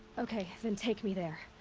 okay, then take me there.